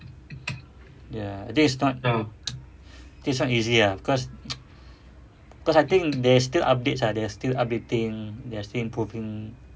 ya this is not this is not easy ah because because I think they still updates ah they're still updating they are still improving